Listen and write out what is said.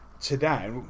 today